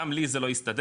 גם לי זה לא הסתדר,